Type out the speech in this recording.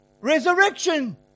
resurrection